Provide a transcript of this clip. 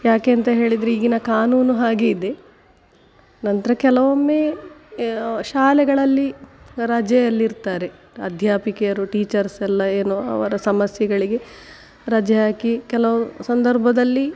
ಯಾಕೆ ಅಂತ ಹೇಳಿದರೆ ಈಗಿನ ಕಾನೂನು ಹಾಗೆ ಇದೆ ನಂತರ ಕೆಲವೊಮ್ಮೆ ಶಾಲೆಗಳಲ್ಲಿ ರಜೆಯಲ್ಲಿರ್ತಾರೆ ಅಧ್ಯಾಪಿಕೆಯರು ಟೀಚರ್ಸ್ ಎಲ್ಲ ಏನು ಅವರ ಸಮಸ್ಯೆಗಳಿಗೆ ರಜೆ ಹಾಕಿ ಕೆಲವು ಸಂದರ್ಭದಲ್ಲಿ